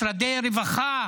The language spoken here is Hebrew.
משרדי רווחה